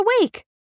awake